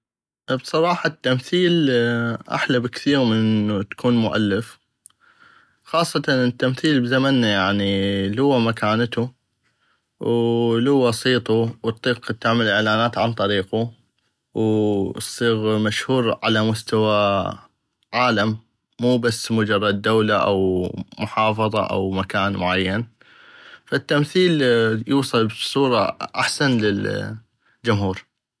بصراحة التمثيل احلى بكثيغ انو تكون مولف خاصة انو التمثيل بزمنا يعني لوا مكانتو ولوا صيتو واطيق تعمل اعلانات عن طريقو واصيغ مشهور على مستوى عالم مو بس مجرد دولة او محافظة او مكان معين فالتمثيل يوصل بصورة احسن للجمهور.